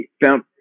found